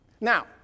Now